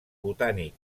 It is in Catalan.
botànic